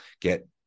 get